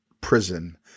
prison